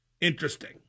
interesting